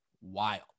Wild